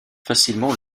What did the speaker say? facilement